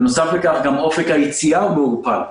בנוסף לכך גם אופק היציאה הוא מעורפל.